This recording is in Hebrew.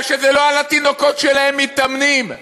כי לא על התינוקות שלהם מתאמנים,